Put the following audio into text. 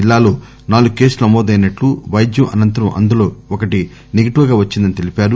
జిల్లాలో నాలుగు కేసులు నమోదైనట్లు వైద్యం అనంతరం అందులో ఒకటి నెగెటివ్ గా వచ్చిందని తెలిపారు